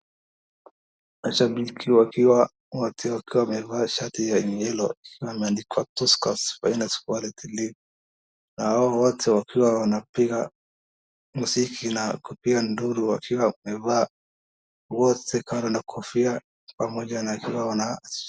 Washabiki wakiwa wote wakiwa wamevaa shati ya yellow ikiwa imeandikwa puskas finnest quality league na hao wote wakiwa wanapiga miziki na kupiga nduru wakiwa wamevaa wote kando na kofia.